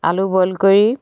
আলু বইল কৰি